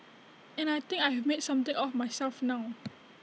and I think I have made something of myself now